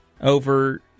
over